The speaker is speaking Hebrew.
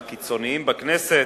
מהקיצונים בכנסת.